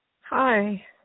Hi